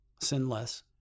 Sinless